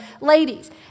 ladies